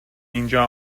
اینجا